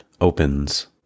Opens